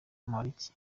bamporiki